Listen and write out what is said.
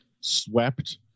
swept